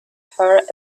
her